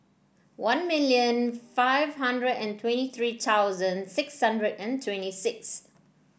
one million five hundred and twenty three thousand six hundred and twenty six